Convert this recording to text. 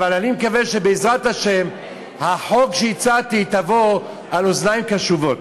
אבל אני מקווה שבעזרת השם החוק שהצעתי ייפול על אוזניים קשובות.